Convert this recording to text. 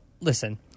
listen